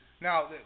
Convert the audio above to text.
Now